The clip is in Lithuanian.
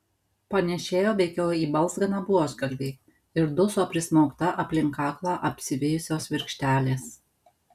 panėšėjo veikiau į balzganą buožgalvį ir duso prismaugta aplink kaklą apsivijusios virkštelės